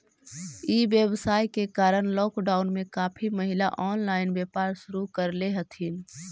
ई व्यवसाय के कारण लॉकडाउन में काफी महिला ऑनलाइन व्यापार शुरू करले हथिन